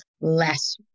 less